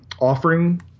offering